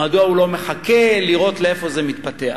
מדוע הוא לא מחכה לראות לאיפה זה מתפתח?